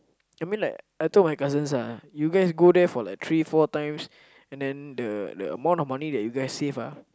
I mean like I told my cousins ah you guys go there for like three four times and then the the amount of money that you guys save ah